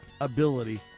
ability